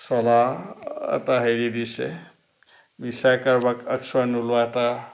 চলা এটা হেৰি দিছে মিছা কাৰোবাক আশ্ৰয় নোলোৱা এটা